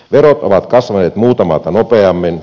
verot ovat kasvaneet muuta maata nopeammin